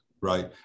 right